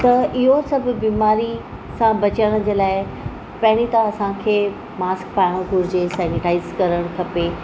त इहो सभु बीमारी सां बचण जे लाइ पहिरियों त असांखे मास्क पाइणो घुरिजे सैनिटाइस करणु खपे